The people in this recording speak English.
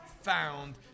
found